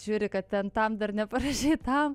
žiūri kad ten tam dar neparašei tam